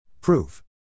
Proof